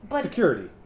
Security